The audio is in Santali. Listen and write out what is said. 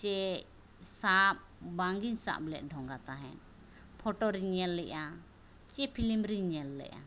ᱪᱮ ᱥᱟᱵ ᱵᱟᱝᱜᱮᱧ ᱥᱟᱵᱞᱮᱫ ᱰᱷᱚᱸᱜᱟ ᱛᱟᱦᱮᱸᱫ ᱯᱷᱚᱴᱚᱨᱮᱧ ᱧᱮᱞᱮᱫᱼᱟ ᱪᱮ ᱯᱷᱤᱞᱤᱢᱨᱮᱧ ᱧᱮᱞ ᱞᱮᱫᱟ